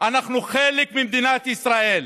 ואנחנו חלק ממדינת ישראל.